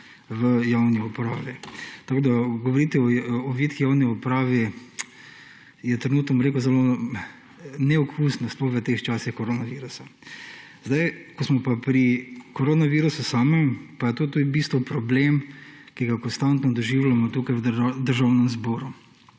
v javni upravi. Govoriti o vitki javni upravi je trenutno, bom rekel, zelo neokusno, sploh v teh časih koronavirusa. Ko smo pa pri koronavirusu samem, pa je to tudi v bistvu problem, ki ga konstantno doživljamo tukaj v Državnem zboru.